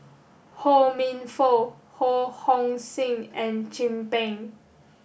Ho Minfong Ho Hong Sing and Chin Peng